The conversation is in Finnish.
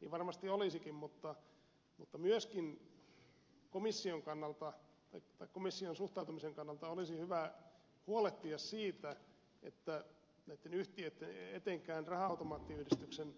niin varmasti olisikin mutta myöskin komission suhtautumisen kannalta olisi hyvä huolehtia siitä että näitten yhtiöitten etenkään raha automaattiyhdistyksen